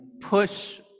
push